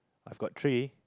I've got three